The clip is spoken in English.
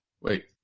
Wait